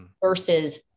versus